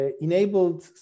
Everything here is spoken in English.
enabled